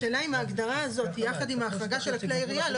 השאלה אם ההגדרה הזאת יחד עם ההחרגה של כלי ירייה לא